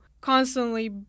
constantly